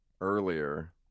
earlier